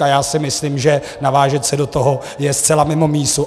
A já si myslím, že navážet se do toho je zcela mimo mísu.